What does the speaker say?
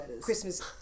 Christmas